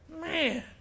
man